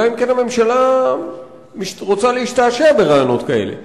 אלא אם כן הממשלה רוצה להשתעשע ברעיונות כאלה,